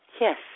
Yes